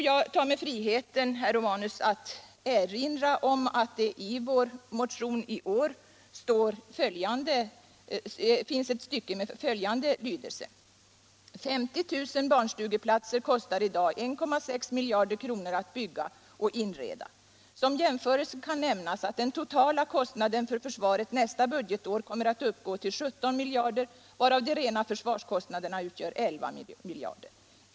Jag tar mig friheten, herr Romanus, att erinra om att det i vår motion i år finns ett stycke med följande lydelse: ”50 000 barnstugeplatser kostar i dag 1,6 miljarder kronor att bygga och inreda. Som jämförelse kan nämnas att den totala kostnaden för försvaret nästa budgetår kommer att uppgå till 17 miljarder, varav de rena försvarskostnaderna utgör 11 miljarder.